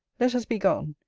let us be gone,